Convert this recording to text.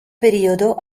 periodo